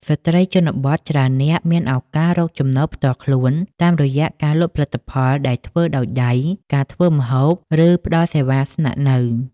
ស្ត្រីជនបទច្រើននាក់មានឱកាសរកចំណូលផ្ទាល់ខ្លួន តាមរយៈការលក់ផលិតផលដែលធ្វើដោយដៃ ការធ្វើម្ហូប ឬផ្ដល់សេវាស្នាក់នៅ។